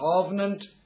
covenant